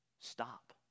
stop